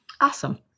Awesome